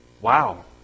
Wow